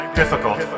difficult